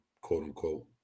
quote-unquote